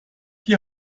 die